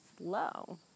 low